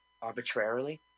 Arbitrarily